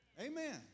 Amen